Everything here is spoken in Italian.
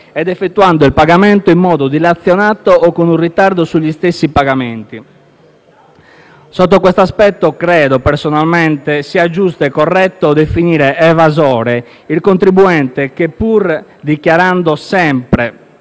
di consentire il pagamento in modo dilazionato o con un ritardo sugli stessi pagamenti. Sotto questo aspetto, personalmente non credo sia giusto e corretto definire evasore il contribuente che, pur dichiarando sempre